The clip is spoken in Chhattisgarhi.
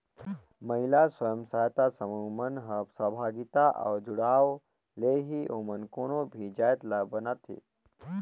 महिला स्व सहायता समूह मन ह सहभागिता अउ जुड़ाव ले ही ओमन कोनो भी जाएत ल बनाथे